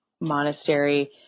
monastery